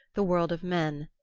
the world of men.